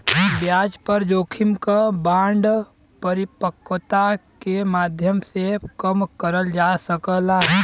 ब्याज दर जोखिम क बांड परिपक्वता के माध्यम से कम करल जा सकला